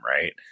Right